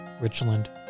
Richland